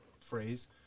phrase